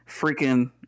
freaking